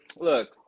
look